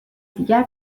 دیگر